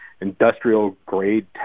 industrial-grade